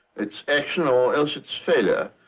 it's action, or else it's failure.